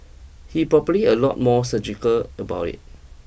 he's probably a lot more surgical about it